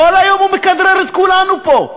כל היום הוא מכדרר את כולנו פה.